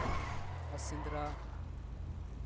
ᱥᱮᱸᱫᱽᱨᱟ